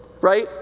Right